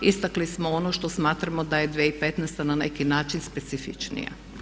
Istakli smo ono što smatramo da je 2015. na neki način specifičnija.